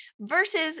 versus